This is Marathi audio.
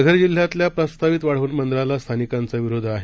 पालघरजिल्ह्यातल्याप्रस्तावितवाढवणबंदरालास्थानिकांचाविरोधआहे